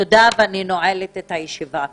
תודה, אני נועלת את הישיבה.